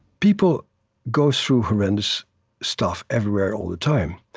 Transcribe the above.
people go through horrendous stuff everywhere all the time,